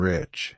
Rich